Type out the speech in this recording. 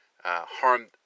harm